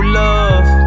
love